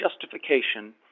justification